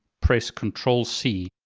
press control c,